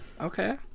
Okay